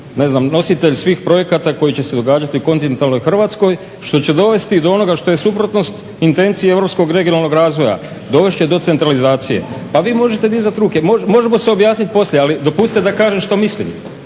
će postati nositelj svih projekta koji će se događati u kontinentalnoj Hrvatskoj što će dovesti do onoga što je suprotnost intencije europskog regionalnog razvoja, dovest će do centralizacije. Pa vi možete dizat ruke, možemo se objasnit poslije, ali dopustite da kažem što mislim.